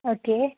okay